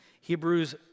Hebrews